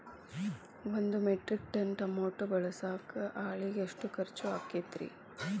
ಒಂದು metric ton tomato ಬೆಳಸಾಕ್ ಆಳಿಗೆ ಎಷ್ಟು ಖರ್ಚ್ ಆಕ್ಕೇತ್ರಿ?